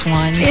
one